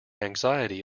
anxiety